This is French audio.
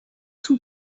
tout